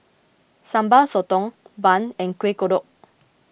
Sambal Sotong Bun and Kueh Kodok